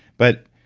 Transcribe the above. but